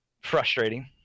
Frustrating